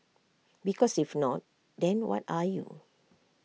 because if not then what are you